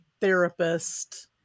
therapist